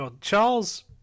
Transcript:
Charles